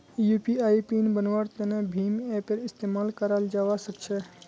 UPI PIN बन्वार तने भीम ऐपेर इस्तेमाल कराल जावा सक्छे